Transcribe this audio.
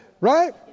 right